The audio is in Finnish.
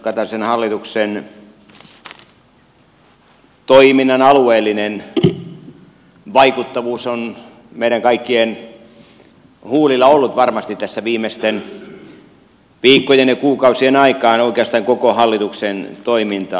kataisen hallituksen toiminnan alueellinen vaikuttavuus on meidän kaikkien huulilla ollut varmasti viimeisten viikkojen ja kuukausien aikaan oikeastaan koko hallituksen toiminta ajan